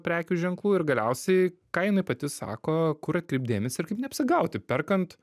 prekių ženklų ir galiausiai ką jinai pati sako kur atkreipt dėmesį ir kaip neapsigauti perkant